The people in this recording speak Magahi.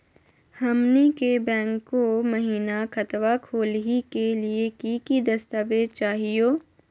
हमनी के बैंको महिना खतवा खोलही के लिए कि कि दस्तावेज चाहीयो?